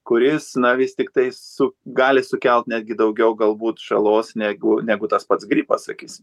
kuris na vis tiktais su gali sukelt netgi daugiau galbūt žalos negu negu tas pats gripas sakysim